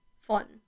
Fun